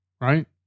right